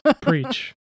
preach